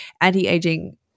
anti-aging